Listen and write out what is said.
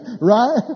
right